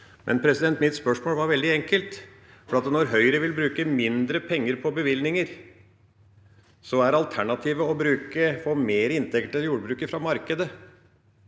den fangsten. Mitt spørsmål var veldig enkelt. Når Høyre vil bruke mindre penger på bevilgninger, er alternativet å få mer inntekter til jordbruket fra markedet.